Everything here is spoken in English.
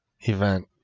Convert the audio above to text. event